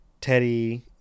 Teddy